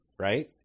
right